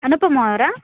ಅನುಪಮ ಅವರಾ